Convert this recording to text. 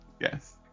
Yes